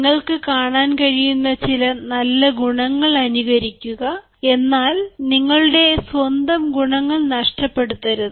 നിങ്ങൾക്ക് കാണാൻ കഴിയുന്ന ചില നല്ല ഗുണങ്ങൾ അനുകരിക്കുക എന്നാൽ നിങ്ങളുടെ സ്വന്തം ഗുണങ്ങൾ നഷ്ടപ്പെടുത്തരുത്